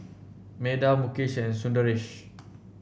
Medha Mukesh and Sundaresh